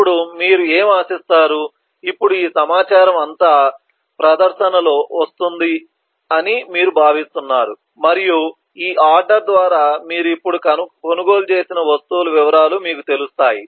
ఇప్పుడు మీరు ఎం ఆశిస్తారు ఇప్పుడు ఈ సమాచారం అంతా ప్రదర్శనలో డిస్ప్లే వస్తుందని మీరు భావిస్తున్నారు మరియు ఈ ఆర్డర్ ద్వారా మీరు ఇప్పుడు కొనుగోలు చేసిన వస్తువుల వివరాలు మీకు తెలుస్తాయి